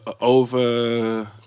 over